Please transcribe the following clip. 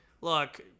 look